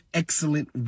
excellent